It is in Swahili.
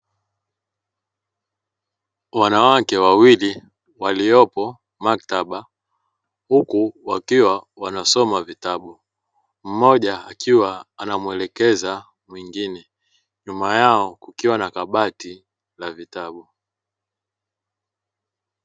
Wanawake wawili walioko maktaba, huku wakiwa wanasoma vitabu, mmoja akiwa anamuelekeza mwingine, nyuma yao kukiwa na kabati la vitabu.